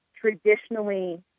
traditionally